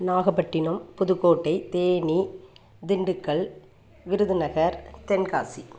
Nagapattinam Pudukkottai Theni Dindigul Virudhunagar Tenkasi